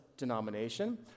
denomination